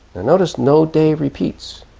notice no day repeats,